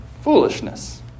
foolishness